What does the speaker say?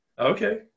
Okay